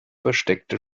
versteckte